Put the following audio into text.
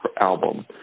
album